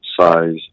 size